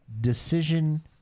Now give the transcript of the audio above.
decision